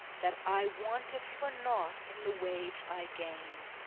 that i wanted for nought in the wage i gained,